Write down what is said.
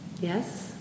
yes